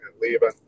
leaving